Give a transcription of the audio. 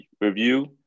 review